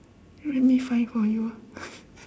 let me find for you ah